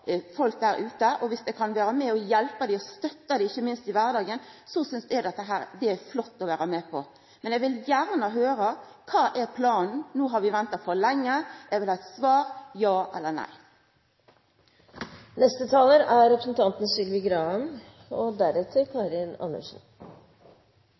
kan vera med og hjelpa dei og støtta dei, ikkje minst i kvardagen, synest eg det er flott å vera med på. Men eg vil gjerne høyra: Kva er planen? No har vi venta for lenge. Eg vil ha eit svar: ja eller nei. Først vil jeg takke min kollega som har tatt opp dette viktige temaet, og